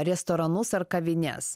restoranus ar kavines